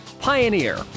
Pioneer